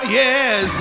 yes